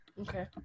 Okay